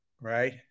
right